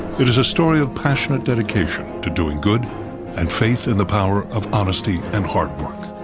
it is a story of passionate dedication to doing good and faith in the power of honesty and hard work.